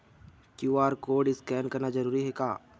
QR code scan करना जरूरी हे का?